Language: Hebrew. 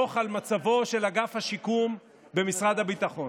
זהו דוח על מצבו של אגף השיקום במשרד הביטחון